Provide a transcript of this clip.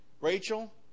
Rachel